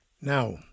Now